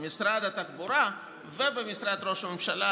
במשרד התחבורה ובמשרד ראש הממשלה,